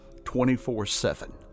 24-7